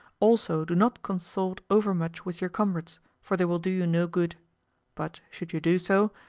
also, do not consort overmuch with your comrades, for they will do you no good but, should you do so,